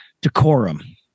decorum